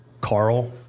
Carl